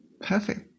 Perfect